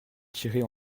tirer